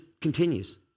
continues